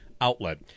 outlet